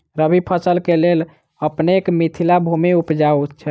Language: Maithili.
रबी फसल केँ लेल अपनेक मिथिला भूमि उपजाउ छै